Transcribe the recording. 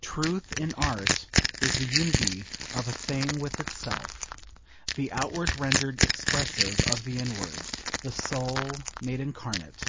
truth in art is the unity of a thing with itself the outward rendered expressive of the inward the soul made incarnate